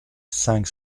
cinq